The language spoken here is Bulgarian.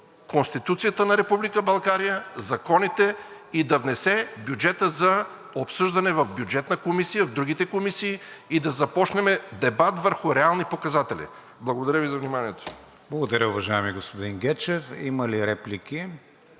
Конституцията на Република България, законите и да внесе бюджета за обсъждане в Бюджетната комисия, в другите комисии и да започнем дебат върху реални показатели. Благодаря Ви за вниманието. ПРЕДСЕДАТЕЛ КРИСТИАН ВИГЕНИН: Благодаря, уважаеми господин Гечев. Има ли реплики?